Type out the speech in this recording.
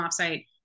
offsite